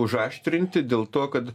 užaštrinti dėl to kad